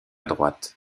droite